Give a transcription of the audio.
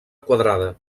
quadrada